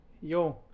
yo